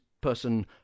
person